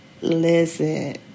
listen